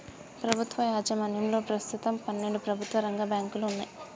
ప్రభుత్వ యాజమాన్యంలో ప్రస్తుతం పన్నెండు ప్రభుత్వ రంగ బ్యాంకులు వున్నయ్